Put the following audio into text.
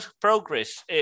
progress